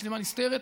במצלמה נסתרת.